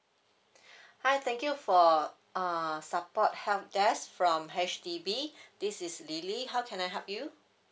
hi thank you for uh support help desk from H_D_B this is lily how can I help you